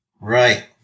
Right